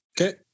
Okay